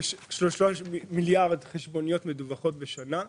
מיליארד חשבוניות מדווחות בשנה,